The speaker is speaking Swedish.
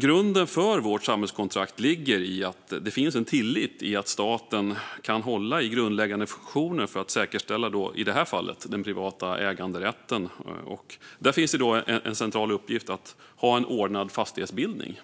Grunden för vårt samhällskontrakt ligger i att det finns en tillit till att staten kan hålla i grundläggande funktioner för att säkerställa, i det här fallet, den privata äganderätten. Där finns en central uppgift att ha en ordnad fastighetsbildning.